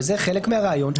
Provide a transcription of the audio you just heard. וזה חלק מהרעיון,